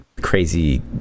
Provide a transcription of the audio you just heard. crazy